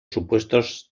supuestos